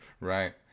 right